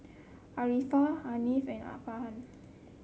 Arifa Hasif and Arfarhan